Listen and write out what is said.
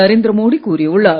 நரேந்திரமோடி கூறியுள்ளார்